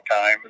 time